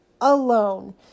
alone